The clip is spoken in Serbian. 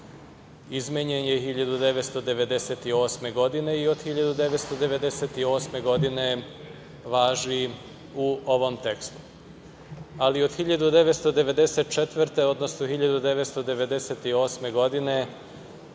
Izmenjen je 1998. godine i od 1998. godine važi u ovom tekstu. Od 1994. godine, odnosno 1998. godine